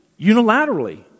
unilaterally